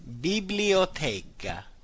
biblioteca